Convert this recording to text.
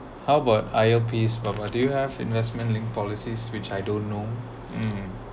how about I_L_P's but but do you have investment linked policies which I don't know mm